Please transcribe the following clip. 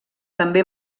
també